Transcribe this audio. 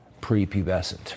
prepubescent